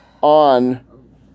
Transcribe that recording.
on